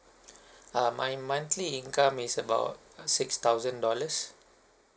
uh my monthly income is about six thousand dollars